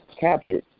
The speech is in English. captured